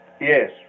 Yes